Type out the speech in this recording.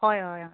হয় হয়